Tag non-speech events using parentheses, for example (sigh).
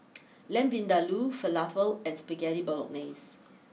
(noise) Lamb Vindaloo Falafel and Spaghetti Bolognese